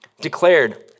declared